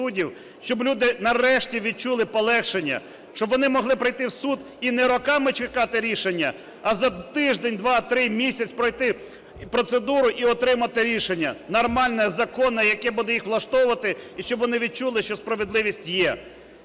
щоб люди нарешті відчули полегшення, щоб вони могли прийти в суд і не роками чекати рішення, а за тиждень, два, три, місяць пройти процедуру і отримати рішення нормальне, законне, яке буде їх влаштовувати і щоб вони відчули, що справедливість є,